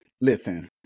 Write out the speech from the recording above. listen